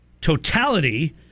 totality